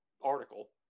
article